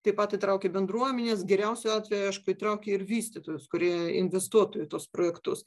taip pat įtraukia bendruomenes geriausiu atveju aišku įtraukia ir vystytojus kurie investuotų į tuos projektus